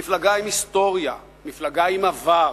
מפלגה עם היסטוריה, מפלגה עם עבר,